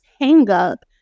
hang-up